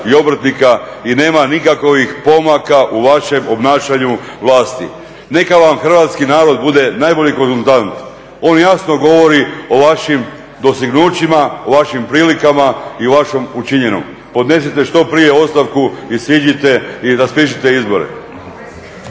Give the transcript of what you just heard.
i obrtnika i nemamo nikakvih pomaka u vašem obnašanju vlasti. Neka vam hrvatski narod bude najbolji konzultant. On jasno govori o vašim dostignućima, o vašim prilikama i o vašem učinjenom. Podnesite što prije ostavku i siđite i raspišite izbore.